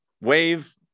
wave